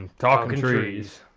talking trees.